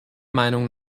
meinung